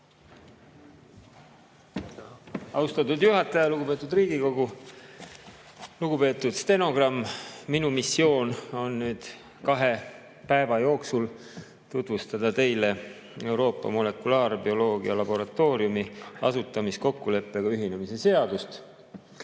Austatud juhataja! Lugupeetud Riigikogu! Lugupeetud stenogramm! Minu missioon on kahe päeva jooksul tutvustada teile Euroopa Molekulaarbioloogia Laboratooriumi asutamiskokkuleppega ühinemise seadust.